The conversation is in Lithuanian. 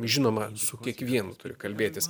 žinoma su kiekvienu turi kalbėtis